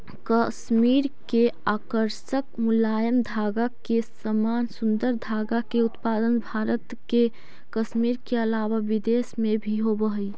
कश्मीर के आकर्षक मुलायम धागा के समान सुन्दर धागा के उत्पादन भारत के कश्मीर के अलावा विदेश में भी होवऽ हई